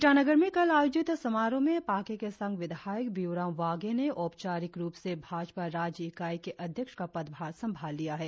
ईटानगर में कल आयोजित समारोह में पाके केसांग विधायक बियूराग वाघे ने औपचारिक रुप से भाजपा राज्य इकाई के अध्यक्ष का पदभार संभाल लिया है